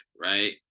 right